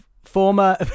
former